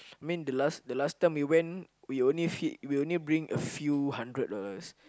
mean the last the last time we went we only feed we only bring a few hundred dollars